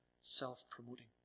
self-promoting